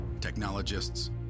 technologists